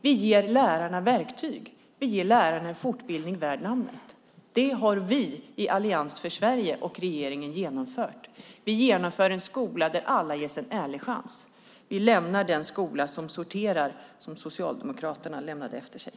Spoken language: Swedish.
Vi ger lärarna verktyg och en fortbildning värd namnet. Det har vi i Allians för Sverige och regeringen genomfört. Vi genomför en skola där alla ges en ärlig chans, och vi lämnar den skola som sorterar - den skola som Socialdemokraterna lämnade efter sig.